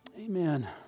Amen